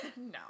no